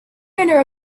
owner